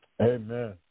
Amen